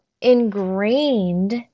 ingrained